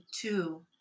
two